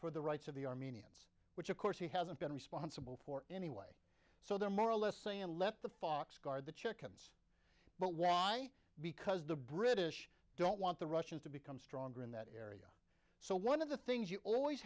for the rights of the armenians which of course he hasn't been responsible for anyway so they're more or less saying let the fox guard the chickens but why because the british don't want the russians to become stronger in that area so one of the things you always